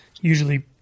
usually